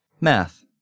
Math